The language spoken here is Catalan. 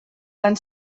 van